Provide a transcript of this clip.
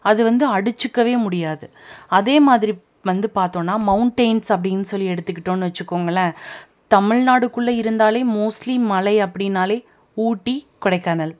அது வந்து அடித்துக்கவே முடியாது அதேமாதிரி வந்து பாத்தோன்னா மௌண்ட்டெயின்ஸ் அப்படின்னு சொல்லி எடுத்துக்கிட்டோனு வச்சிக்கோங்களேன் தமிழ்நாடுக்குள்ளேயே இருந்தாலே மோஸ்ட்லி மலை அப்படின்னாலே ஊட்டி கொடைக்கானல்